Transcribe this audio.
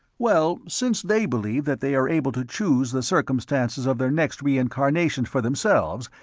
well, since they believe that they are able to choose the circumstances of their next reincarnations for themselves,